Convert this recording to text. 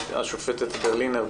השופטת ברלינר,